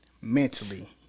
mentally